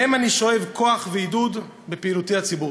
מהם אני שואב כוח ועידוד בפעילותי הציבורית.